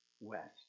west